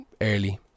early